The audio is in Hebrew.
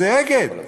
ואם אגד.